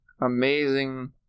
amazing